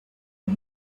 for